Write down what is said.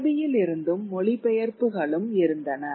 அரபியிலிருந்தும் மொழிபெயர்ப்புகளும் இருந்தன